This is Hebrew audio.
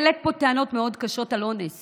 העלית פה טענות מאוד קשות על אונס